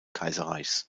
kaiserreichs